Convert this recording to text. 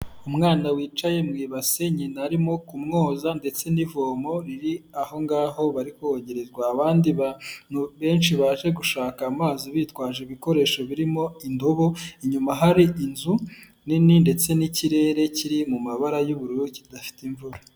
Umwana wicaye mu ibase nyina arimo kumwoza ndetse n'ivomo riri aho ngaho bari kogerwa abandi benshi baje gushaka amazi bitwaje ibikoresho birimo indobo, inyuma hari inzu nini ndetse n'ikirere kiri mu mabara y'ubururu kidafite imvura.